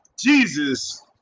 Jesus